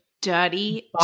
Dirty